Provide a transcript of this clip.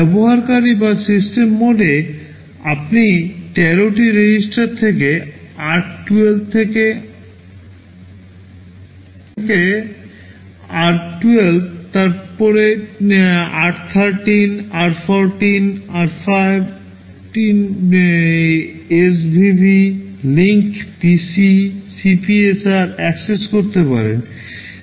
ব্যবহারকারী বা সিস্টেম মোডে আপনি 13 টি REGISTER থেকে r০ থেকে r12 তারপরে r13 r14 r5 SVV link PC CPSR access করতে পারবেন